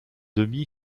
demi